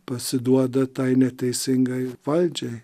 pasiduoda tai neteisingai valdžiai